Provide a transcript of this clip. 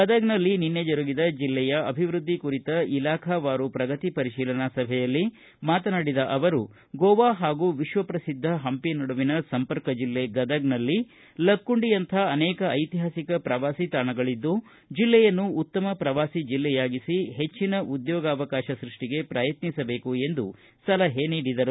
ಗದಗನಲ್ಲಿ ನಿನ್ನೆ ಜರುಗಿದ ಜಿಲ್ಲೆಯ ಅಭಿವೃದ್ದಿ ಕುರಿತ ಇಲಾಖಾವಾರು ಪ್ರಗತಿ ಪರಿಶೀಲನಾ ಸಭೆಯಲ್ಲಿ ಮಾತನಾಡಿದ ಅವರು ಗೋವಾ ಹಾಗೂ ವಿಶ್ವಪ್ರಸಿದ್ದ ಹಂಪಿ ನಡುವಿನ ಸಂಪರ್ಕ ಜಿಲ್ಲೆ ಗದಗನಲ್ಲಿ ಲಕ್ಕುಂಡಿಯಂತಹ ಅನೇಕ ಐತಿಹಾಸಿಕ ಪ್ರವಾಸಿ ತಾಣಗಳಿದ್ದು ಜಿಲ್ಲೆಯನ್ನು ಉತ್ತಮ ಪ್ರವಾಸಿ ಜಿಲ್ಲೆಯಾಗಿಸಿ ಹೆಚ್ಚಿನ ಉದ್ಯೋಗವಕಾಶ ಸೃಷ್ಟಿಗೆ ಪ್ರಯತ್ನಿಸಬೇಕು ಎಂದು ಸಲಹೆ ನೀಡಿದರು